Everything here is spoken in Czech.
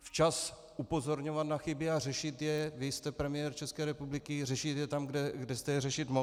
včas upozorňovat na chyby a řešit je, vy jste premiér České republiky, řešit je tam, kde jste je řešit mohl.